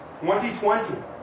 2020